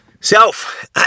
self